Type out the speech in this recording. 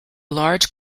large